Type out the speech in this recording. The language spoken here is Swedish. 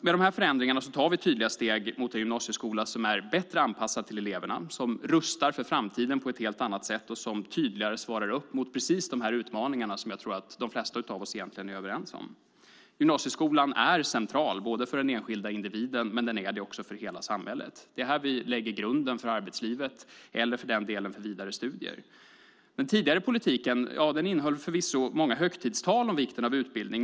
Med dessa förändringar tar vi tydliga steg mot en gymnasieskola som är bättre anpassad till eleverna, rustar för framtiden på ett helt annat sätt och tydligare svarar upp mot de utmaningar som jag tror att de flesta av oss egentligen är överens om. Gymnasieskolan är central både för den enskilda individen och för hela samhället. Det är här vi lägger grunden för arbetslivet eller för den delen vidare studier. Den tidigare politiken innehöll förvisso många högtidstal om vikten av utbildning.